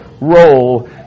role